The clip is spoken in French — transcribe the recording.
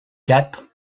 ghâts